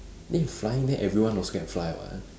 eh flying then everyone also can fly [what]